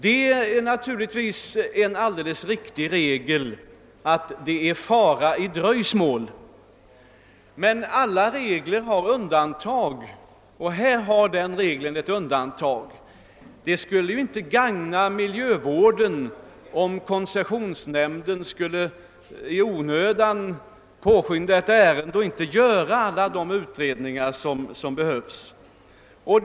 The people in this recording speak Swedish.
Det är naturligtvis en alldeles riktig regel att det är fara i dröjsmål, men alla regler har undantag och här har den regeln ett undantag. Det skulle ju inte gagna miljövården, om koncessionsnämnden i onödan påskyndade ett ärende och inte gjorde alla de utredningar som behövs.